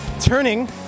Turning